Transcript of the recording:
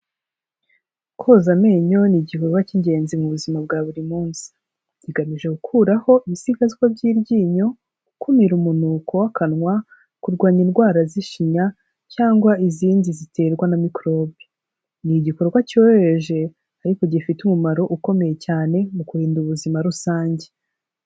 Koza amenyo ni igikorwa cy'ingenzi mu buzima bwa buri munsi. Kigamije gukuraho ibisigazwa by'iryinyo, gukumira umunuko w'akanwa, kurwanya indwara z'ishinya, cyangwa izindi ziterwa na microbe. Ni igikorwa cyoroheje ariko gifite umumaro ukomeye cyane mu kurinda ubuzima rusange.